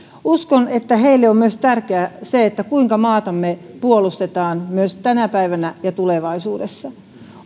uskon että heille on tärkeää myös se kuinka maatamme puolustetaan myös tänä päivänä ja tulevaisuudessa